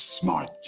smart